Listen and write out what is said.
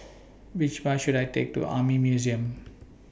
Which Bus should I Take to Army Museum